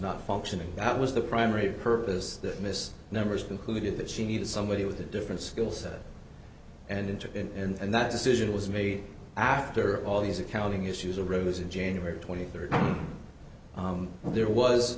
not functioning that was the primary purpose that miss nevers concluded that she needed somebody with a different skill set and into and that decision was made after all these accounting issues arose in january twenty third there was